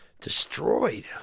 destroyed